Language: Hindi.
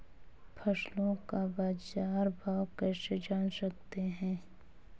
फसलों का बाज़ार भाव कैसे जान सकते हैं?